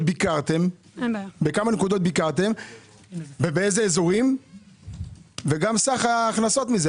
ביקרתם, באילו אזורים וגם סך ההכנסות מזה.